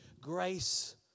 grace